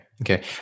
okay